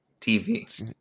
TV